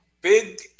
big